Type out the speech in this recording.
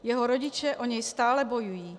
Jeho rodiče o něj stále bojují.